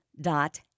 dot